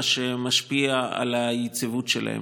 מה שמשפיע על היציבות שלהם.